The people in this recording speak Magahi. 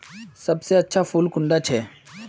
सबसे अच्छा फुल कुंडा छै?